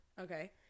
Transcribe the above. Okay